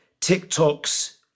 TikToks